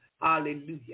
Hallelujah